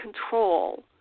control